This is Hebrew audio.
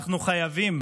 אנחנו חייבים